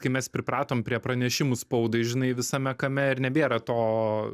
kai mes pripratom prie pranešimų spaudai žinai visame kame ir nebėra to